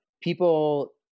people